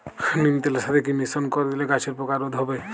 নিম তেলের সাথে কি মিশ্রণ করে দিলে গাছের পোকা রোধ হবে?